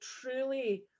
truly